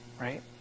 Right